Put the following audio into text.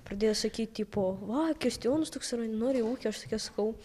pradėjo sakyt tipo va kristijonas toks yra nenori į ūkį aš tokia sakau